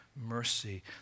Mercy